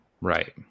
Right